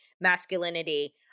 masculinity